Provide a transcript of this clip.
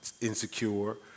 insecure